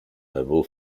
level